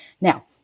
Now